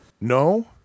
no